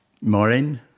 Maureen